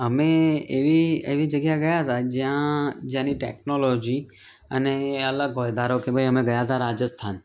અમે એવી એવી જગ્યા ગયા હતા જ્યાં જેની ટેકનોલોજી અને એ અલગ હોય ધારો કે ભાઈ અમે ગયા હતા રાજસ્થાન